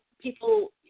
people